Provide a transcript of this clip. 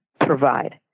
Provide